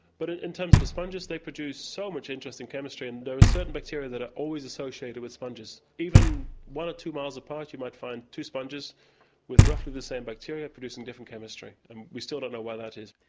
but in terms of the sponges, they produce so much interesting chemistry, and there are certain bacteria that are always associated with sponges. even one or two miles apart, you might find two sponges with roughly the same bacteria, producing different chemistry, and we still don't know why that is.